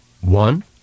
One